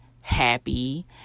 happy